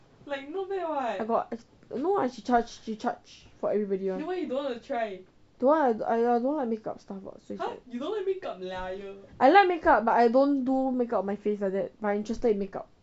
I got no I got she charge she charge for everybody [one] don't want lah I don't like makeup stuff I like makeup but I don't do makeup my face like that I interested in makeup